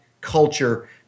culture